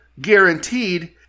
guaranteed